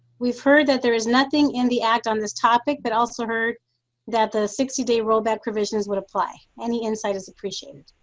we've heard that there is nothing in the act on this topic but also heard that the sixty day rollback provisions would apply. any insight is appreciated.